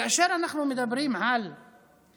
כאשר אנחנו מדברים על 110